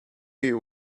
you